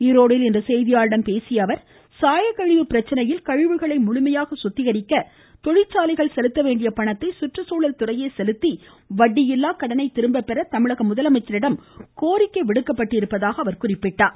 ஈரோட்டில் இன்று செய்தியாளர்களிடம் பேசிய அவர் சாயக்கழிவு பிரச்சினையில் கழிவுகளை முழுமையாக சுத்திகரிக்க தொழிற்சாலைகள் செலுத்த வேண்டிய பணத்தை கற்றுச்சூழல் துறையே செலுத்தி வட்டியில்லா கடனை திரும்ப பெற தமிழக முதலமைச்சரிடம் கோரிக்கை விடுக்கப்பட்டிருப்பதாக கூறினார்